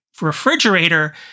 refrigerator